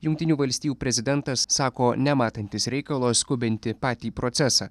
jungtinių valstijų prezidentas sako nematantis reikalo skubinti patį procesą